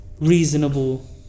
Reasonable